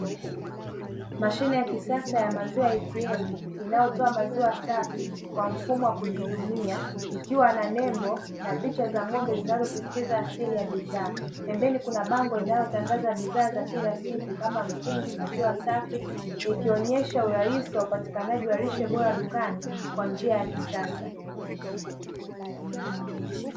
Mashine ya kisasa ya maziwa ''ATM'', inayotoa maziwa safi kwa mfumo wa kujihudumia, ikiwa na nembo na picha za ng'ombe zinazosisitiza asili ya bidhaa. Pembeni kuna bango linalotangaza bidhaa za kila siku kama mtindi, maziwa safi, ikionyesha urahisi wa upatikanaji wa lishe bora dukani, kwa njia ya kisasa.